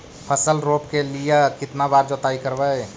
फसल रोप के लिय कितना बार जोतई करबय?